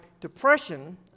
depression